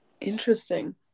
Interesting